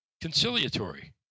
conciliatory